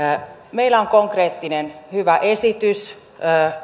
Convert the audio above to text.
meillä on konkreettinen hyvä esitys